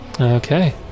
Okay